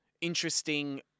interesting